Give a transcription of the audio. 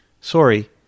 sorry